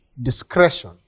Discretion